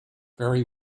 very